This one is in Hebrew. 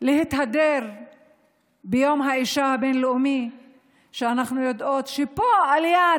להתהדר ביום האישה הבין-לאומי כשאנחנו יודעות שפה על יד,